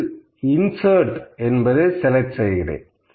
இதில் இன்சர்ட் என்பதை செலக்ட் செய்கிறேன்